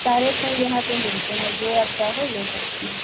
सारे फूल यहाँ पर मिलते हैं जो अच्छा हो ले सकती हैं